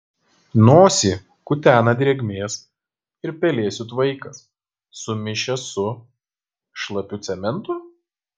nosį kutena drėgmės ir pelėsių tvaikas sumišęs su šlapiu cementu